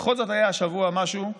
בכל זאת היה השבוע משהו חריג,